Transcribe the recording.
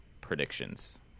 predictions